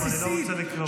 אני לא רוצה לקרוא לך.